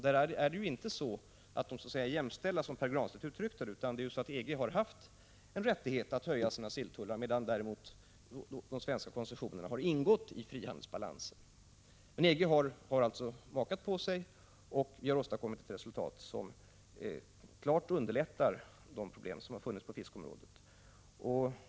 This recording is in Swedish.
Där är vi inte, som Pär Granstedt uttryckte det, jämställda med EG, utan EG har haft rättighet att höja sina silltullar, medan de svenska koncessionerna har ingått i frihandelsbalansen. EG har alltså makat på sig, och vi har åstadkommit resultat som klart minskar de problem som har funnits på fiskeområdet.